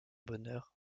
bonheur